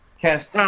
cast